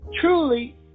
truly